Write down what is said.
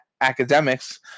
academics